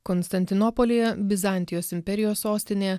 konstantinopolyje bizantijos imperijos sostinė